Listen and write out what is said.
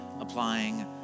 applying